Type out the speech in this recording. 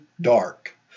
dark